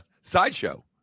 Sideshow